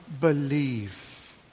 believe